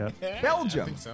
Belgium